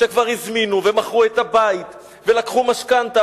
שכבר הזמינו ומכרו את הבית ולקחו משכנתה,